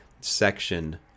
section